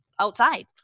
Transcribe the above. outside